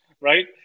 Right